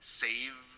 save